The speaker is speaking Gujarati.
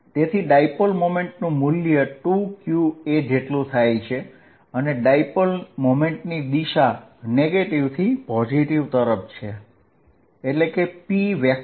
તેથી ડાયપોલ મોમેન્ટ નું મૂલ્ય p2qaથશે અને ડાયપોલ મોમેન્ટની દિશા નેગેટીવ થી પોઝીટીવ ચાર્જની હશે